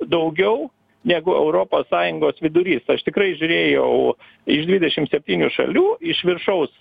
daugiau negu europos sąjungos vidurys aš tikrai žiūrėjau iš dvidešim septynių šalių iš viršaus